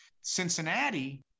Cincinnati